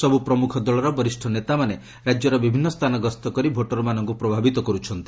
ସବୁ ପ୍ରମୁଖ ଦଳର ବରିଷ୍ଣ ନେତାମାନେ ରାଜ୍ୟର ବିଭିନ୍ନ ସ୍ଥାନ ଗସ୍ତ କରି ଭୋଟର୍ମାନଙ୍କୁ ପ୍ରଭାବିତ କରୁଛନ୍ତି